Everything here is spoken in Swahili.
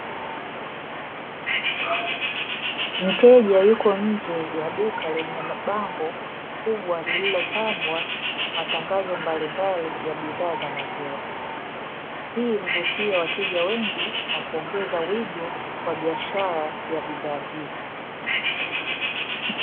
Mteja yuko nje ya duka lenye mabango kubwa lililopambwa matangazo mbalimbali ya bidhaa za maziwa, hii huvutia wateja wengi na kuongeza wigo wa biashara ya bidhaa hizi.